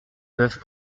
peuvent